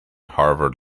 harvard